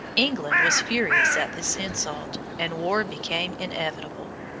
england was furious at this insult, and war became inevitable.